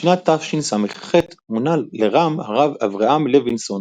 בשנת תשס"ח מונה לר"מ הרב אברהם לויסון